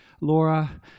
Laura